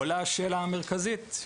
עולה השאלה המרכזית,